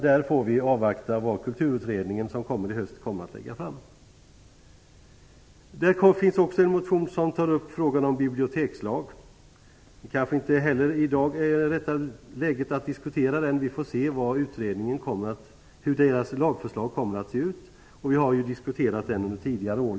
Där får vi avvakta vad Kulturutredningen i höst lägger fram. I en motion tas frågan om en bibliotekslag upp. Men inte heller den frågan är det kanske rätta läget att i dag diskutera. Vi får se hur lagförslaget ser ut. Den här frågan har ju ganska ingående diskuterats här under tidigare år.